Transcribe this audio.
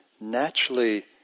naturally